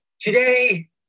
Today